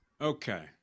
Okay